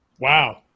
Wow